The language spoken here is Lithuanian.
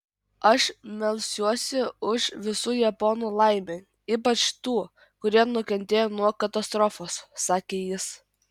aš melsiuosi už visų japonų laimę ypač tų kurie nukentėjo nuo katastrofos sakė jis